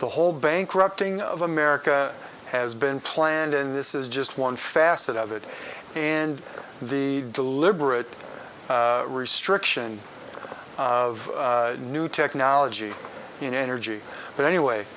the whole bankrupting of america has been planned and this is just one facet of it and the deliberate restriction of new technology in energy but anyway